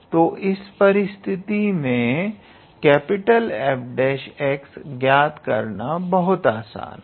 तो इस परिस्थिति में 𝐹′𝑥 ज्ञात करना बहुत आसान है